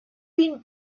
been